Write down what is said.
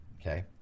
okay